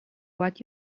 what